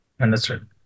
Understood